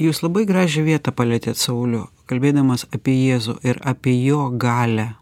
jūs labai gražią vietą palietėt sauliau kalbėdamas apie jėzų ir apie jo galią